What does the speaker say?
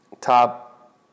top